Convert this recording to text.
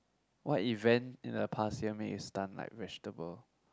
what event in the past year make you stunned like vegetable